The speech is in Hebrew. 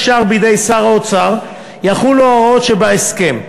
בידי שר האוצר, יחולו ההוראות שבהסכם.